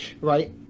right